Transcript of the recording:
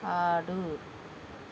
ఆడు